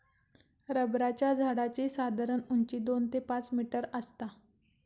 रबराच्या झाडाची साधारण उंची दोन ते पाच मीटर आसता